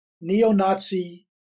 neo-Nazi